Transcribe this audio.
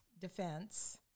defense